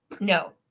No